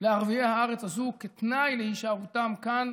לערבי הארץ הזו כתנאי להישארותם כאן